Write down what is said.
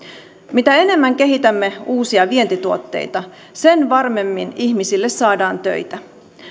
mitä enemmän kehitämme uusia vientituotteita sen varmemmin ihmisille saadaan töitä